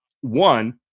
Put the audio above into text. One